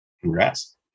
Congrats